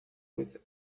with